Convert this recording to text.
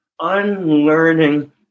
unlearning